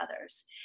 others